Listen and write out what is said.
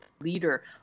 leader